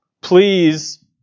please